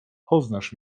poznasz